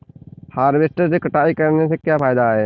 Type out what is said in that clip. Harvester से कटाई करने से क्या फायदा है?